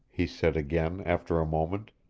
he said again after a moment,